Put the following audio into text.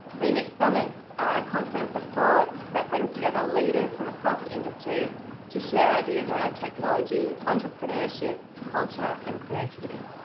remix summits are a conference of sorts that brings together leaders from across industries to share ideas around technology, entrepreneurship, culture, and creativity.